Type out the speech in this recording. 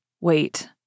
Wait